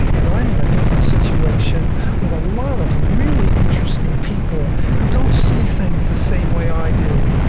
and i'm in a different situation with a lot of really interesting people who don't see things the same way i do,